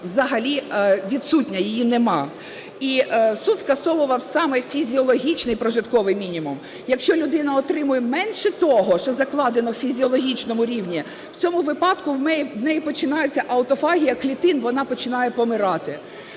взагалі відсутня, її немає. І суд скасовував саме фізіологічний прожитковий мінімум. Якщо людина отримує менше того, що закладено в фізіологічному рівні, в цьому випадку в неї починається аутофагія клітин, вони починає помирати.